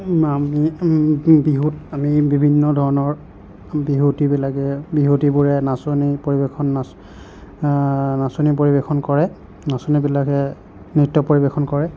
আমি বিহুত আমি বিভিন্ন ধৰণৰ বিহুৱতীবিলাকে বিহুৱতীবোৰে নাচনী পৰিৱেশন নাচ নাচনী পৰিৱেশন কৰে নাচনীবিলাকে নৃত্য পৰিৱেশন কৰে